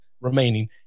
remaining